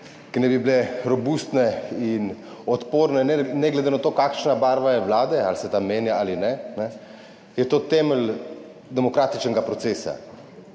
ki naj bi bile robustne in odporne ne glede na to, kakšna barva je vlade, ali se ta menja ali ne, so temelj demokratičnega procesa.